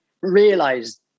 Realize